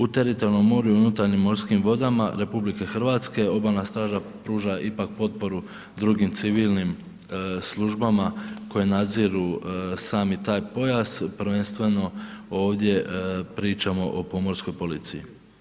U teritorijalnom moru i unutarnjim morskim vodama RH obalna straža pruža ipak potporu drugim civilnim službama koje nadziru sami taj pojas prvenstveno ovdje pričamo o pomorskoj policiji.